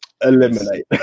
eliminate